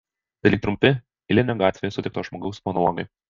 tai lyg trumpi eilinio gatvėje sutikto žmogaus monologai